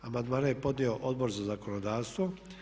Amandmane je podnio Odbor za zakonodavstvo.